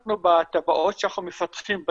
תב"עות, זה